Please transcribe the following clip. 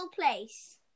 place